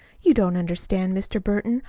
you don't understand, mr. burton.